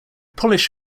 polish